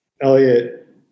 Elliot